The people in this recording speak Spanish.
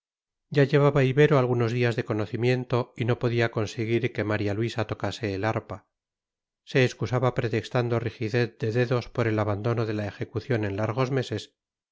ya llevaba ibero algunos días de conocimiento y no podía conseguir que maría luisa tocase el arpa se excusaba pretextando rigidez de dedos por el abandono de la ejecución en largos meses